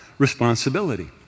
responsibility